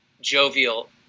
jovial